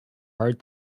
hard